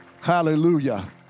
Hallelujah